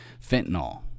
fentanyl